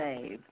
save